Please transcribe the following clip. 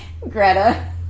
Greta